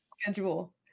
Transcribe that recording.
Schedule